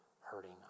hurting